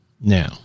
Now